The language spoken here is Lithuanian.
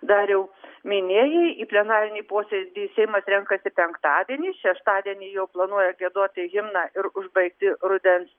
dariau minėjai į plenarinį posėdį seimas renkasi penktadienį šeštadienį jau planuoja giedoti himną ir užbaigti rudens